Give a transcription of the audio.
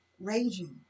raging